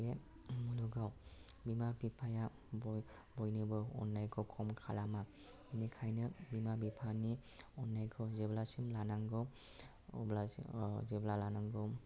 बे मुलुगाव बिमा बिफाया बयनोबो अननायखौ खम खालामा बिनिखायनो बिमा बिफानि अननायखौ जेब्लासिम लानांगौ अब्ला जेब्ला लानांगौ